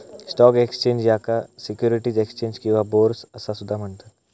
stock exchange, याका securities exchange किंवा bourse असा सुद्धा म्हणतत